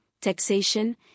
taxation